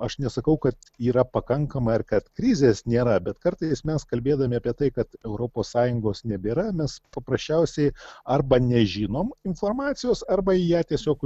aš nesakau kad yra pakankama ar kad krizės nėra bet kartais mes kalbėdami apie tai kad europos sąjungos nebėra mes paprasčiausiai arba nežinom informacijos arba ją tiesiog